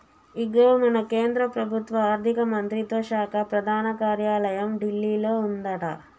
ఇగో మన కేంద్ర ప్రభుత్వ ఆర్థిక మంత్రిత్వ శాఖ ప్రధాన కార్యాలయం ఢిల్లీలో ఉందట